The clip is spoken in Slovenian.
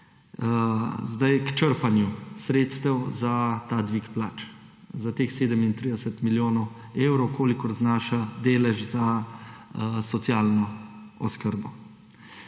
sedaj k črpanju sredstev za ta dvig plač, za teh 37 milijonov evrov, kolikor znaša delež za socialno oskrbo.